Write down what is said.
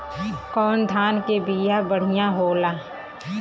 कौन धान के बिया बढ़ियां होला?